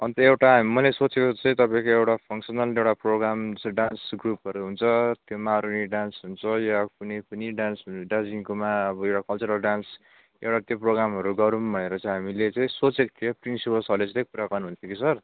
अन्त एउटा मैले सोचेको चाहिँ तपाईँको एउटा फङसनल एउटा प्रोग्राम चाहिँ डान्स ग्रुपहरू हुन्छ त्यो मारुनी डान्स हुन्छ या कुनै पनि डान्सहरू दार्जिलिङकोमा एउटा कल्चरल डान्स एउटा त्यो प्रोग्रामहरू गरौँ भनेर चाहिँ हामीले सोचेको थियो प्रिन्सिपल सरले चाहिँ त्यही कुरा गर्नु हुँदै थियो कि सर